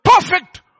perfect